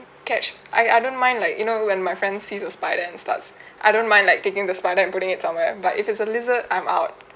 catch I I don't mind like you know when my friend sees a spider and starts I don't mind like taking the spider and putting it somewhere but if it's a lizard I'm out